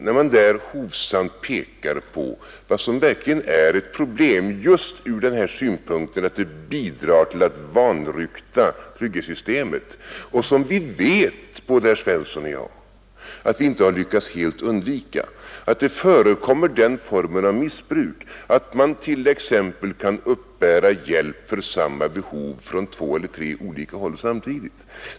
Vi pekar där hovsamt på vad som verkligen är ett problem därför att det bidrar till att vanrykta trygghetssystemet. Både herr Svensson och jag vet att vi inte helt lyckats undvika att det förekommer den formen av missbruk att man t.ex. kan uppbära hjälp för samma behov från två eller tre olika håll samtidigt.